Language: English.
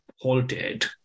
halted